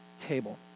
table